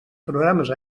programes